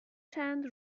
چند